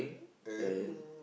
and